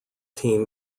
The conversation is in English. team